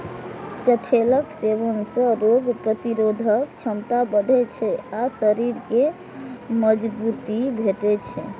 चठैलक सेवन सं रोग प्रतिरोधक क्षमता बढ़ै छै आ शरीर कें मजगूती भेटै छै